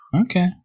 Okay